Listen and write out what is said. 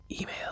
email